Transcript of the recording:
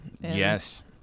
Yes